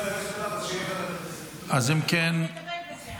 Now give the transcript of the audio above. לוועדה שתקבע ועדת הכנסת נתקבלה.